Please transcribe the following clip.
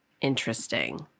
interesting